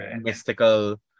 mystical